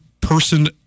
person